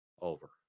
over